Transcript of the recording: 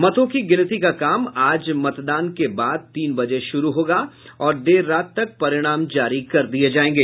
मतों की गिनती का काम आज मतदान के बाद तीन बजे शुरू होगा और देर रात तक परिणाम जारी कर दिये जायेंगे